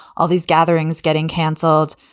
all these gatherings getting canceled.